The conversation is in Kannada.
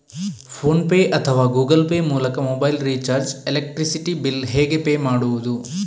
ಫೋನ್ ಪೇ ಅಥವಾ ಗೂಗಲ್ ಪೇ ಮೂಲಕ ಮೊಬೈಲ್ ರಿಚಾರ್ಜ್, ಎಲೆಕ್ಟ್ರಿಸಿಟಿ ಬಿಲ್ ಹೇಗೆ ಪೇ ಮಾಡುವುದು?